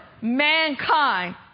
mankind